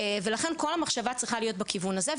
ולכן כל המחשבה צריכה להיות בכיוון הזה,